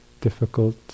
Difficult